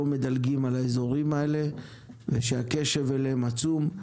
מדלגים על האזורים האלה ושהקשב אליהם עצום.